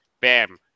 Bam